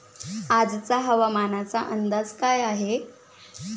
आजचा हवामानाचा अंदाज काय आहे?